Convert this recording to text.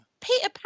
Peter